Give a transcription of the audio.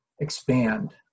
expand